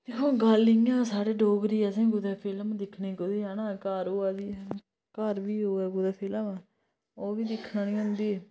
दिक्खो गल्ल इ'यां साढ़ै डोगरी असें कुदै फिल्म दिक्खने कदूं जाना घर होऐ घर बी होऐ कुदै फिल्म ओह् बी दिक्खन नी होंदी